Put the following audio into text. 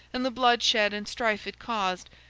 and the bloodshed and strife it caused,